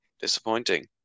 disappointing